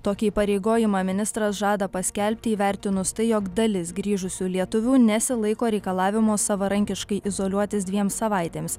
tokį įpareigojimą ministras žada paskelbti įvertinus tai jog dalis grįžusių lietuvių nesilaiko reikalavimo savarankiškai izoliuotis dviem savaitėms